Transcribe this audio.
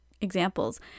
examples